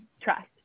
trust